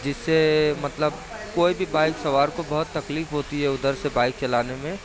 جس سے مطلب کوئی بھی بائک سوار کو بہت تکلیف ہوتی ہے ادھر سے بائک چلانے میں